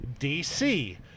DC